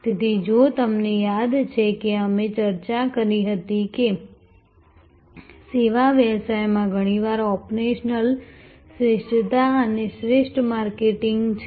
તેથી જો તમને યાદ છે કે અમે ચર્ચા કરી હતી કે સેવા વ્યવસાયમાં ઘણીવાર ઓપરેશનલ શ્રેષ્ઠતા એ શ્રેષ્ઠ માર્કેટિંગ છે